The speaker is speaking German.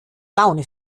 laune